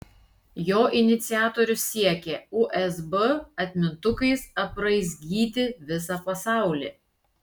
jo iniciatorius siekia usb atmintukais apraizgyti visą pasaulį